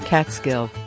Catskill